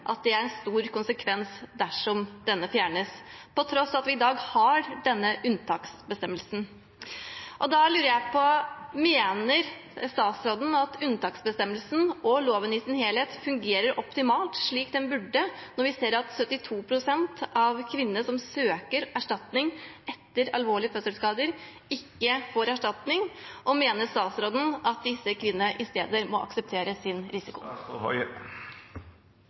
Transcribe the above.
fjernes – på tross av at vi i dag har denne unntaksbestemmelsen. Da lurer jeg på: Mener statsråden at unntaksbestemmelsen – og loven i sin helhet – fungerer optimalt, slik den burde, når vi ser at 72 pst. av kvinnene som søker om erstatning etter alvorlige fødselsskader, ikke får erstatning? Mener statsråden at disse kvinnene i stedet må akseptere